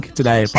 today